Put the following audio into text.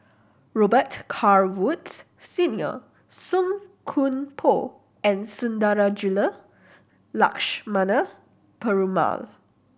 Robet Carr Woods Senior Song Koon Poh and Sundarajulu Lakshmana Perumal